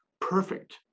perfect